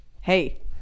Hey